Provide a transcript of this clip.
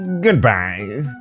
goodbye